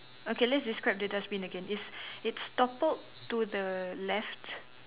okay let's describe the dustbin again it's it's toppled to the left